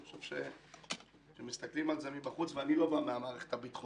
אני חושב שכאשר מסתכלים על זה מבחוץ אני לא בא מהמערכת הביטחונית